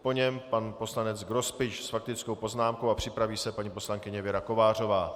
Po něm pan poslanec Grospič s faktickou poznámkou, připraví se paní poslankyně Věra Kovářová.